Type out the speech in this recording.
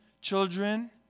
children